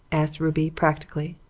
asked ruby practically.